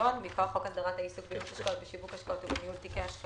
בקשה למתן היתר לפרסום תשקיף)